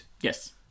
Yes